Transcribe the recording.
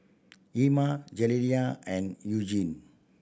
Ima Jaliyah and Eugene